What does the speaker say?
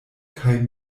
kaj